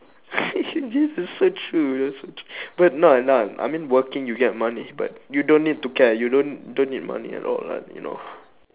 this is so true that's so true but no no I mean working you get money but you don't need to care you don't don't need money at all like you know